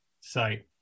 site